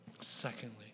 Secondly